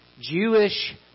Jewish